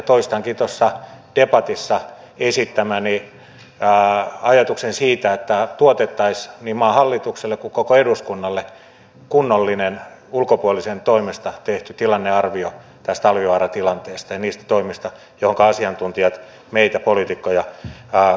toistankin tuossa debatissa esittämäni ajatuksen siitä että tuotettaisiin niin maan hallitukselle kuin koko eduskunnalle kunnollinen ulkopuolisen toimesta tehty tilannearvio tästä talvivaaran tilanteesta ja niistä toimista joihin asiantuntijat meitä poliitikkoja kannustaisivat